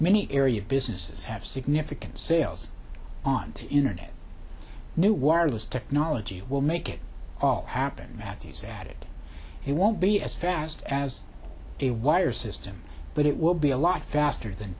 many area businesses have significant sales on the internet new wireless technology will make it all happen mattie's added he won't be as fast as a wire system but it will be a lot faster than